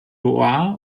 loire